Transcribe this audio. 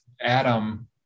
Adam